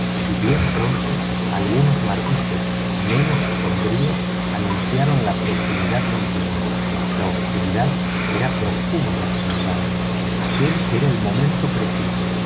y bien pronto algunos matices menos sombríos anunciaron la proximidad del día la oscuridad era profunda sin embargo aquel era el momento preciso